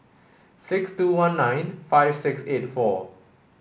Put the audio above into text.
six two one nine five six eight four